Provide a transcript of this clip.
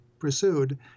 pursued